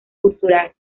cultural